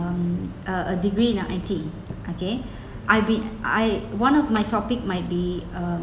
um a a degree in the I_T okay I'll be I one of my topic might be uh